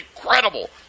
incredible